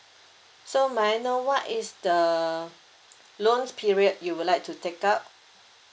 so may I know what is the loan period you would like to take up